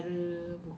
why why